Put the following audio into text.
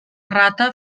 rata